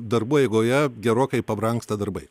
darbų eigoje gerokai pabrangsta darbai